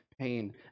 pain